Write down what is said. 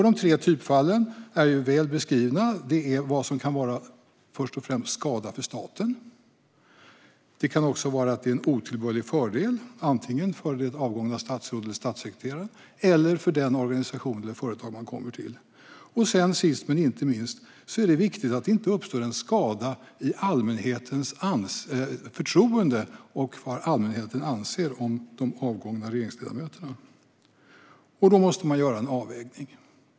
De tre typfallen är väl beskrivna. Det är först och främst något som kan vara till skada för staten. Det kan också vara fråga om en otillbörlig fördel, antingen för det avgångna statsrådet eller statssekreteraren eller för den organisation eller det företag som man kommer till. Sist men inte minst är det viktigt att det inte uppstår en skada i allmänhetens förtroende och vad allmänheten anser om de avgångna regeringsledamöterna. Då måste man, som alltid, göra en avvägning.